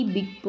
Big